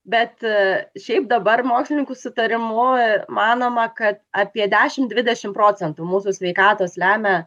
bet šiaip dabar mokslininkų sutarimu manoma kad apie dešim dvidešim procentų mūsų sveikatos lemia